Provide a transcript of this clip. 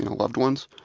and loved ones,